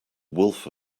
wolf